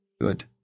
Good